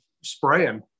spraying